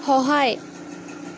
সহায়